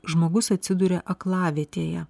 žmogus atsiduria aklavietėje